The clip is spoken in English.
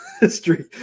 history